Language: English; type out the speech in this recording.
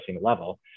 level